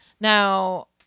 now